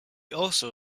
also